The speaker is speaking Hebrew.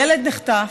ילד נחטף,